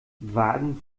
wagen